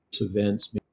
events